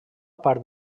part